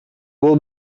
will